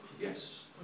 Yes